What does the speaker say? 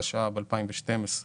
התשע"ב-2012 (להלן,